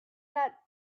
that